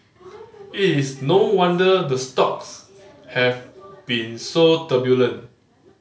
it is no wonder the stocks have been so turbulent